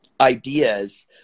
ideas